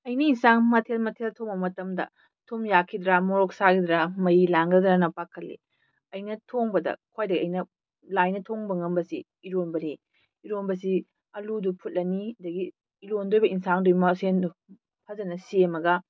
ꯑꯩꯅ ꯏꯟꯁꯥꯡ ꯃꯊꯦꯜ ꯃꯊꯦꯜ ꯊꯣꯡꯕ ꯃꯇꯝꯗ ꯊꯨꯝ ꯌꯥꯛꯈꯤꯗ꯭ꯔꯥ ꯃꯣꯔꯣꯛ ꯁꯥꯈꯤꯗ꯭ꯔꯥ ꯃꯍꯤ ꯂꯥꯡꯒꯗ꯭ꯔꯥꯅ ꯄꯥꯈꯠꯂꯤ ꯑꯩꯅ ꯊꯣꯡꯕꯗ ꯈ꯭ꯋꯥꯏꯗꯩ ꯑꯩꯅ ꯂꯥꯏꯅ ꯊꯣꯡꯕ ꯉꯝꯕꯁꯤ ꯏꯔꯣꯝꯕꯅꯤ ꯏꯔꯣꯝꯕꯁꯤ ꯑꯂꯨꯗꯨ ꯐꯨꯠꯂꯅꯤ ꯑꯗꯒꯤ ꯏꯔꯣꯟꯗꯣꯏꯕ ꯏꯟꯁꯥꯡꯗꯨꯒꯤ ꯃꯊꯦꯜꯗꯣ ꯐꯖꯅ ꯁꯦꯝꯃꯒ